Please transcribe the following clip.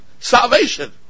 Salvation